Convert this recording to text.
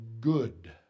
good